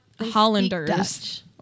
Hollanders